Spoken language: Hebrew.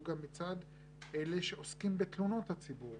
גם מצד אלה שעוסקים בתלונות הציבור,